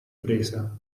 presa